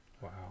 wow